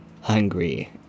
hungry